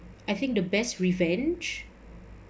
I think the best revenge